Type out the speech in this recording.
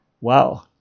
Wow